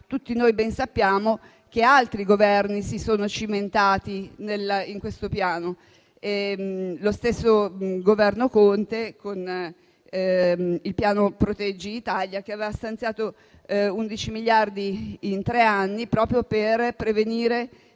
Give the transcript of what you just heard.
tutti noi ben sappiamo che altri Governi si sono cimentati in questo piano. Lo stesso Governo Conte, con il piano "proteggi Italia", aveva stanziato 11 miliardi in tre anni proprio per prevenire